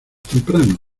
temprano